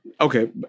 okay